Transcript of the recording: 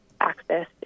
access